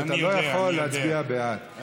אבל אתה לא יכול להצביע בעד.